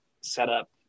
setup